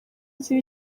izi